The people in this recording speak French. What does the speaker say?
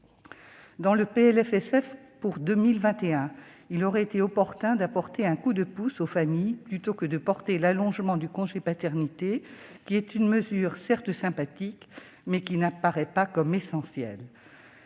Dans le PLFSS pour 2021, il aurait été opportun de donner un coup de pouce aux familles, plutôt que de prévoir l'allongement du congé paternité, qui est une mesure certes sympathique, mais qui n'apparaît pas comme essentielle.